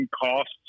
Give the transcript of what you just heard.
costs